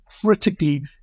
critically